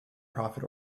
profit